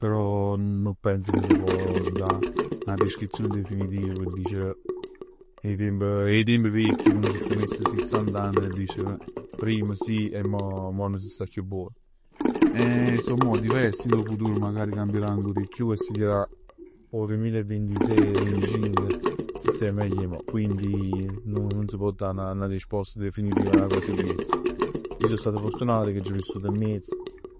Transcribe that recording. Però nun penso che s' pò da 'na descrizione definitiva p' dicere, 'e tiemp, 'e tiemp viecchie come si teness sissant'anni p' dicere prima sì e mo, mo nun si sta chiù buon. è diverso, magari dint' 'o futuro cambierà ancora 'e chiù e si dirà 'o duemilaevintisej, e vinticinc si sta meglio 'e mo. Quindi nun s' pò da 'na risposta definitiva a 'na cosa 'e chest. Ij so stato furtunat che aggio vissut miezz,